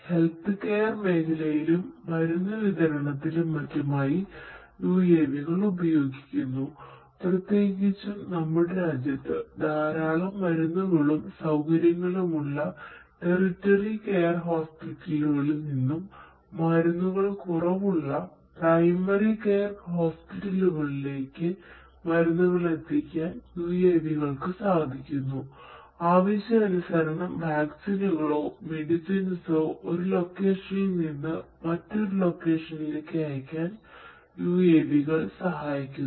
health care അയക്കാൻ UAV കൾ സഹായിക്കുന്നു